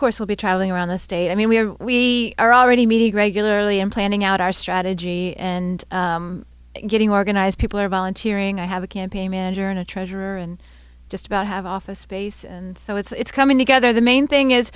course will be traveling around the state i mean we are we are already media greg literally in planning out our strategy and getting organized people are volunteering i have a campaign manager and a treasure and just about have office space and so it's coming together the main thing is